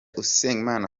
usengimana